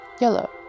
yellow